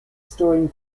storing